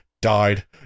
died